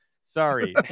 Sorry